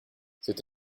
c’est